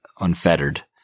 Unfettered